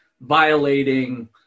violating